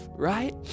right